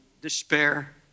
despair